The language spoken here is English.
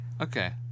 Okay